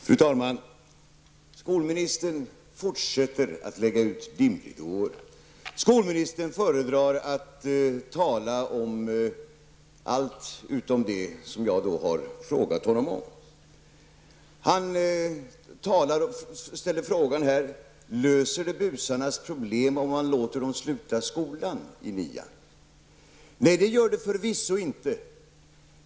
Fru talman! Skolministern fortsätter att lägga ut dimridåer. Skolministern föredrar att tala om allt utom det som jag har frågat honom om. Han ställde frågan: Löser det busarnas problem om man låter dem sluta skolan i årskurs 9? Nej, det gör det förvisso inte.